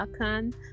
Akan